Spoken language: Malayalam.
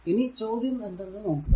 ഇനി ചോദ്യം എന്തെന്ന് നോക്കുക